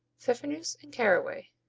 pfeffernusse and caraway